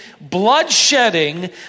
blood-shedding